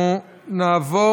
בעד, 16, נגד, אין, נמנעים, אין.